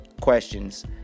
questions